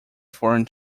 foreign